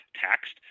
taxed